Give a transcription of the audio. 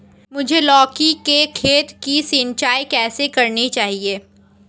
मुझे लौकी के खेत की सिंचाई कैसे करनी चाहिए?